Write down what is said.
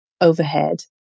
overhead